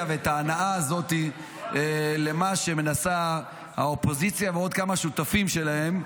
ואת ההנאה הזאת למה שמנסה האופוזיציה ועוד כמה שותפים שלהם,